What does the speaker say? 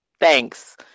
Thanks